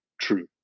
true